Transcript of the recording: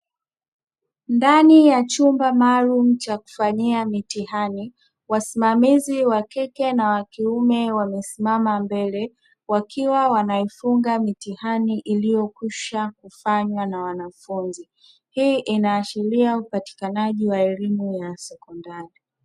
Ndani ya chumba maalumu cha kufanyia mitihani wasimamizi wa kike na wa kiume wamesimama mbele wakiwa wanaifunga mitihani ilioyokwisha kufanywa na wanafunzi. Hii inaashiria upatikanaji wa elimu ya sekondari.